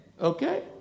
Okay